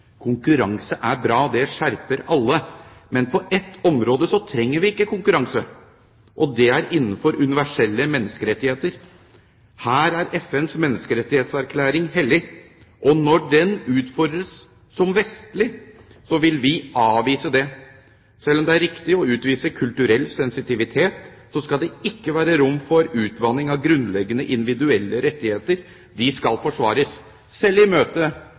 Konkurranse er bra. Det skjerper alle. Men på ett område trenger vi ikke konkurranse, og det er innenfor universelle menneskerettigheter. Her er FNs menneskerettserklæring hellig, og når den utfordres som vestlig, vil vi avvise det. Selv om det er riktig å utvise kulturell sensitivitet, skal det ikke være rom for utvanning av grunnleggende individuelle rettigheter. De skal forsvares, selv i